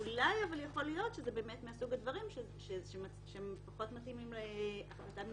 אבל אולי יכול להיות שזה מסוג הדברים שפחות מתאימים להפרדה מנהלית,